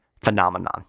phenomenon